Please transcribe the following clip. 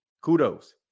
Kudos